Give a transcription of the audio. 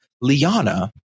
Liana